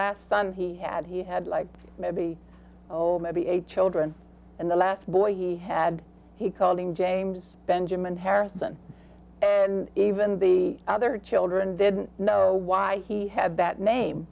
last son he had he had like maybe old maybe eight children and the last boy he had he called him james benjamin harrison and even the other children didn't know why he had that name